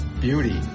beauty